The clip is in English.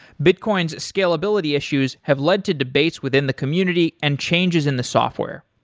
bitcoin's scalability issues have led to debates within the community and changes in the software.